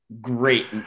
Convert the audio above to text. great